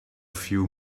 few